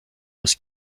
was